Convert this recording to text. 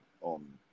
on